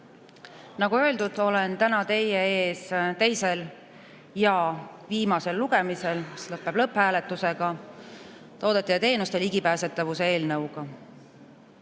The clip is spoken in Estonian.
Nagu öeldud, olen täna teie ees teisel ja viimasel lugemisel, sest see lõpeb lõpphääletusega, toodete ja teenuste ligipääsetavuse eelnõuga. Selle